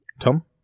Tom